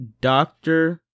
Doctor